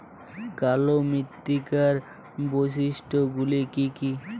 কালো মৃত্তিকার বৈশিষ্ট্য গুলি কি কি?